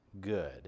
good